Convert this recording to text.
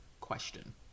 question